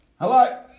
Hello